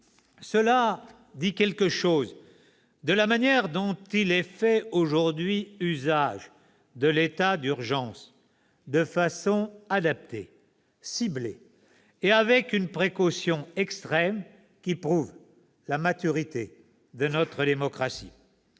cela dit quelque chose de la manière de la manière dont il fait aujourd'hui usage de l'état d'urgence : de façon adaptée, ciblée et avec une précaution extrême, qui prouve la maturité de notre démocratie.